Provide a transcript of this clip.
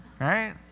Right